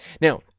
now